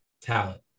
talent